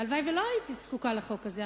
והלוואי שלא הייתי זקוקה לחוק הזה,